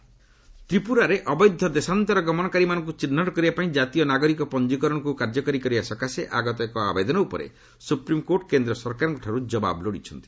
SC NRC ତ୍ରିପୁରାରେ ଅବୈଧ ଦେଶାନ୍ତର ଗମନକାରୀମାନଙ୍କୁ ଚିହ୍ନଟ କରିବାପାଇଁ ଜାତୀୟ ନାଗରିକ ପଞ୍ଜିକରଣକୁ କାର୍ଯ୍ୟକାରୀ କରିବା ସକାଶେ ଆଗତ ଏକ ଆବେଦନ ଉପରେ ସୁପ୍ରିମ୍କୋର୍ଟ କେନ୍ଦ୍ର ସରକାରଙ୍କଠାରୁ ଜବାବ ଲୋଡ଼ିଛନ୍ତି